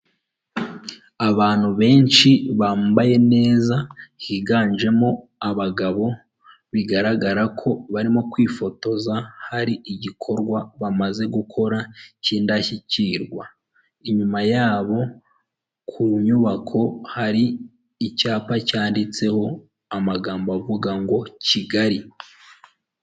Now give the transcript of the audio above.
Abantu benshi bambaye neza, higanjemo abagabo, bigaragara ko barimo kwifotoza, hari igikorwa bamaze gukora cy'indashyikirwa. Inyuma yabo ku nyubako hari icyapa cyanditseho amagambo avuga ngo Kigali.